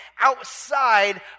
outside